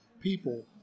people